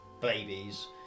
babies